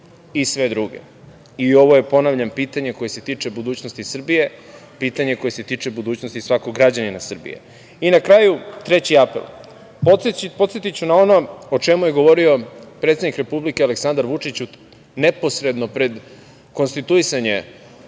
i sve druge i ovo je, ponavljam, pitanje koje se tiče budućnosti Srbije, pitanje koje se tiče budućnosti svakog građanina Srbije. Na kraju treći apel. Podsetiću na ono o čemu je govorio predsednik Republike Aleksandar Vučić neposredno pred konstituisanje